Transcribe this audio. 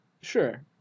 sure